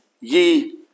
ye